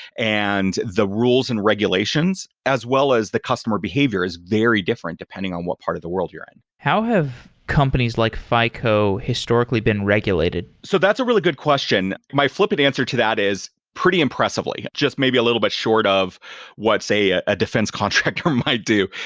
and the rules and regulations as well as the customer behavior is very different depending on what part of the world you're in how have companies like fico historically been regulated? so that's a really good question. my flippant answer to that is pretty impressively. just maybe a little bit short of what say ah a defense contractor might do.